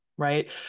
right